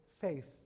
faith